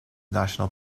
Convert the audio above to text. national